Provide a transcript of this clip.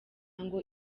ngo